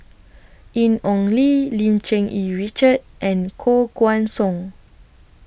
Ian Ong Li Lim Cherng Yih Richard and Koh Guan Song